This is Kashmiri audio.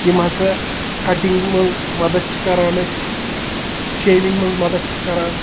یِم ہَسا کَٹِنٛگ منٛز مَدَت چھِ کَران اَسہِ شیوِنٛگ منٛز مَدَت چھِ کَران